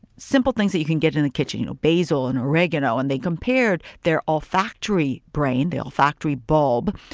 simple things that you can get in the kitchen, you know basil and oregano and they compared their olfactory brain, the olfactory bulb,